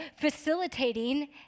facilitating